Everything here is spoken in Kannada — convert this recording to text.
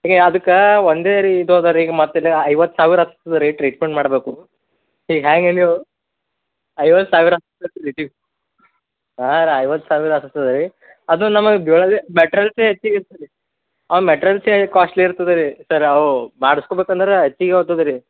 ಹೀಗೆ ಅದಕ್ಕೆ ಒಂದೇ ರೀ ಇದು ಅದ ರೀ ಮತ್ತೆ ಐವತ್ತು ಸಾವಿರ ಆಗ್ತದ್ ರೀ ಟ್ರೀಟ್ಮೆಂಟ್ ಮಾಡಬೇಕು ಈಗ ಹೇಗೆ ನೀವು ಐವತ್ತು ಸಾವಿರ ಐವತ್ತು ಸಾವಿರ ಅತ್ತತದ್ ರೀ ಅದು ನಮಗೆ ಮೆಟ್ರಲ್ಸೇ ಹೆಚ್ಚಿಗೆ ಇರ್ತದೆ ಆ ಮೆಟ್ರಲ್ಸೇ ಕಾಶ್ಟ್ಲಿ ಇರ್ತದೆ ರೀ ಸರ್ ಅವು ಮಾಡಸ್ಕೊಬೇಕಂದ್ರೆ ಹೆಚ್ಚಿಗೆ ಹೋಗ್ತದ್ರಿ